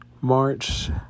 March